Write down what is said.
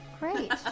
Great